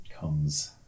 comes